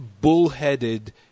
bullheaded